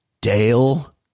Dale